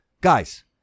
guys